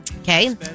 Okay